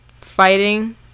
fighting